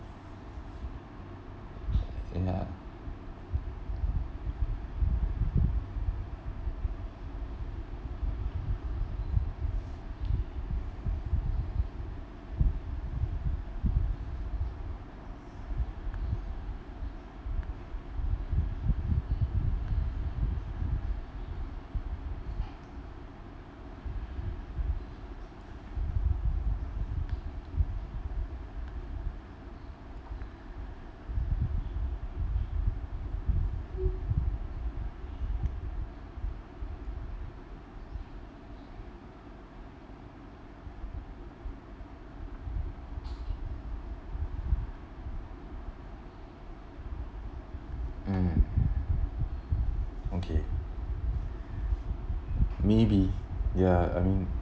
I think ya mm okay maybe ya I mean